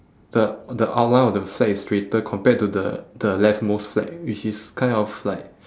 the on the outline of the flag is straighter compared to the the left most flag which is kind of like